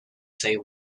say